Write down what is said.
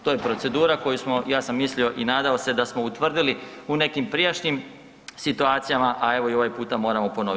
To je procedura koju samo, ja sam mislio i nadao se da smo utvrdili u nekim prijašnjim situacijama, a evo i ovaj puta moramo ponoviti.